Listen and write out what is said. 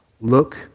Look